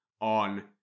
on